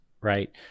right